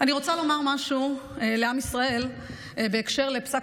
אני רוצה לומר משהו לעם ישראל בהקשר לפסק